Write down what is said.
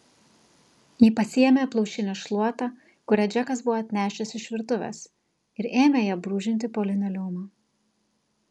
ji pasiėmė plaušinę šluotą kurią džekas buvo atnešęs iš virtuvės ir ėmė ja brūžinti po linoleumą